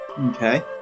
Okay